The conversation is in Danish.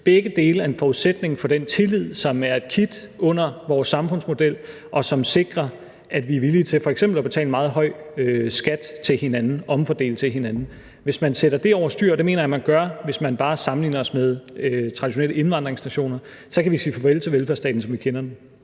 Begge dele er en forudsætning for den tillid, som er kittet i vores samfundsmodel, og som sikrer, at vi er villige til at betale f.eks. en meget høj skat og omfordele til hinanden. Hvis man sætter det over styr, og det mener jeg man gør, hvis man bare sammenligner os med traditionelle indvandrernationer, så kan vi sige farvel til velfærdsstaten, som vi kender den.